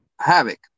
havoc